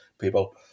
people